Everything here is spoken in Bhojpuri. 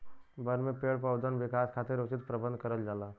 बन में पेड़ पउधन विकास खातिर उचित प्रबंध करल जाला